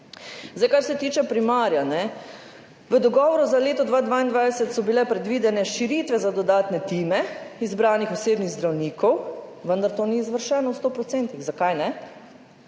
vlada. Kar se tiče primarja. V dogovoru za leto 2022 so bile predvidene širitve za dodatne time izbranih osebnih zdravnikov, vendar to ni izvršeno v stotih